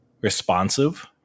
responsive